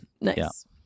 Nice